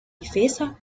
difesa